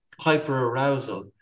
hyperarousal